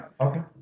Okay